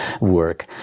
work